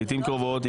לעתים קרובות,